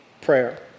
prayer